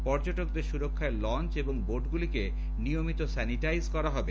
পর্যটকদের সুরক্ষায় লঞ্চ এবং বোটগুলিকে নিয়মিত স্যানিটাইজ করা হবে